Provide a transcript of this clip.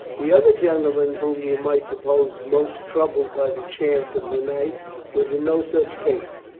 the other gentleman whom you might suppose most troubled by the chance of the night was in no such case.